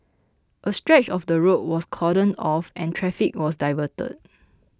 a stretch of the road was cordoned off and traffic was diverted